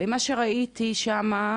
ומה שראיתי שם,